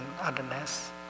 otherness